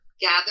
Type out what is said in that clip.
gather